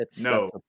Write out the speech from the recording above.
No